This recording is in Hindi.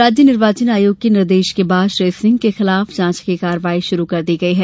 राज्य निर्वाचन आयोग के निर्देश के बाद श्री सिंह के खिलाफ जांच की कार्यवाही शुरू कर दी गई है